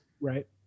right